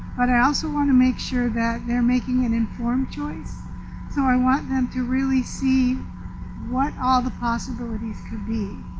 but i also want to make sure that they're making an informed choice so i want them to really see what all the possibilities could be.